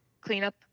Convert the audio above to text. cleanup